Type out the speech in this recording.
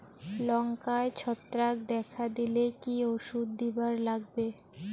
লঙ্কায় ছত্রাক দেখা দিলে কি ওষুধ দিবার লাগবে?